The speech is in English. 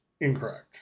Incorrect